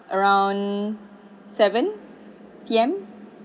around seven P_M